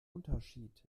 unterschied